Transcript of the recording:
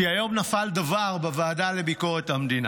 כי היום נפל דבר בוועדה לענייני ביקורת המדינה.